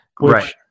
Right